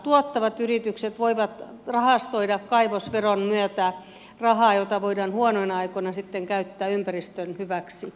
tuottavat yritykset voivat rahastoida kaivosveron myötä rahaa jota voidaan huonoina aikoina sitten käyttää ympäristön hyväksi